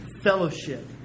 fellowship